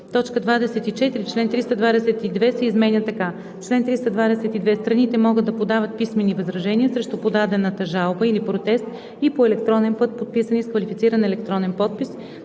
24. Член 322 се изменя така: „Чл. 322. Страните могат да подават писмени възражения срещу подадената жалба или протест и по електронен път, подписани с квалифициран електронен подпис,